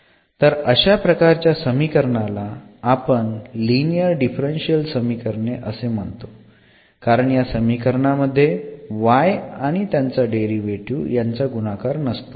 तर अशा प्रकारच्या समीकरणाला आपण लिनियर डिफरन्शियल समीकरणे असे म्हणतो कारण या समीकरणामध्ये y आणि त्याचा डेरीवेटीव्ह यांचा गुणाकार नसतो